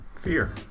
fear